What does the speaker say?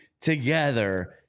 together